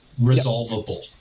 resolvable